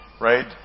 right